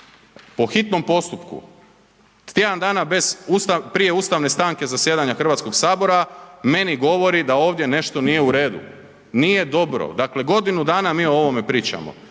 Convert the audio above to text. po hitnom postupku, tjedan dana bez, prije ustavne stanke zasjedanja HS meni govori da ovdje nešto nije u redu, nije dobro, dakle godinu dana mi o ovome pričamo,